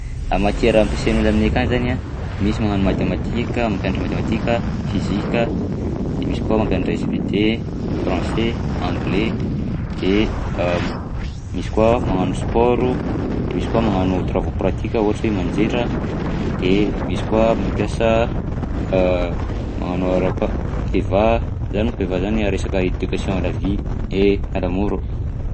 Ah, matiera ampiasain'olona aminay akagny zany a: misy magnano matematika mampianatra matematika, fizika, de misy koa mampianatra SVT, français, anglais de misy koa magnano sport, de misy magnano travaux pratika ohatra hoe manjaitra; de misy koa mampiasa magnano araha koa EVA, zany monko EVA zany resaka éducation à la vie et à l'amour.